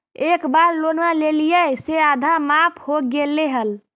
एक बार लोनवा लेलियै से आधा माफ हो गेले हल?